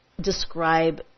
describe